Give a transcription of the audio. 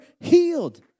healed